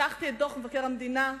לקחתי את דוח מבקר המדינה,